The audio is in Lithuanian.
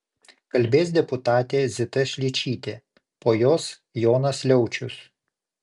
kalbės deputatė zita šličytė po jos jonas liaučius